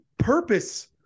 Purpose